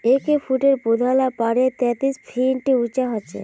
एगफ्रूटेर पौधा ला प्रायः तेतीस फीट उंचा होचे